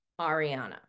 Ariana